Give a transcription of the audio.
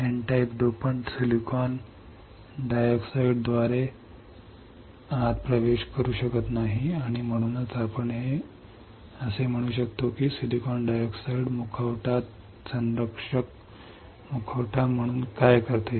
N type dopant SiO2 द्वारे silicon dioxide द्वारे आत प्रवेश करू शकत नाही आणि म्हणूनच आपण असे म्हणू शकतो की सिलिकॉन डायऑक्साइड मुखवटा संरक्षक मुखवटा म्हणून कार्य करते